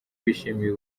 bishimiye